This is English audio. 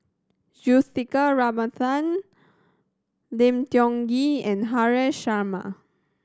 Juthika Ramanathan Lim Tiong Ghee and Haresh Sharma